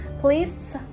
please